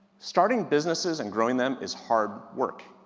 starting businesses and growing them is hard work.